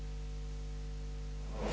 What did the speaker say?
Hvala vam